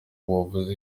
wavuze